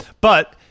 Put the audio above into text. But-